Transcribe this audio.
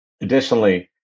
Additionally